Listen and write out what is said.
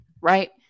right